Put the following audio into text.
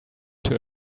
too